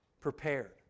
prepared